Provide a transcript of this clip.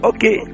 Okay